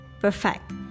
Perfect